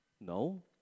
No